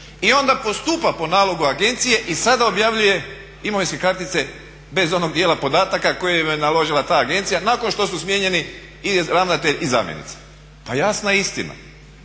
I onda postupa po nalogu agencije i sada objavljuje imovinske kartice bez onog dijela podataka koje je naložila ta agencija nakon što su smijenjeni i ravnatelj i zamjenica. Pa jasna istina,